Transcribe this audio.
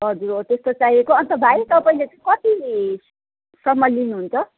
हजुर हो त्यस्तो चाहिएको अन्त भाइ तपाईँले कतिसम्म लिनुहुन्छ